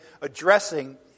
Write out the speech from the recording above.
addressing